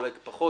אולי פחות,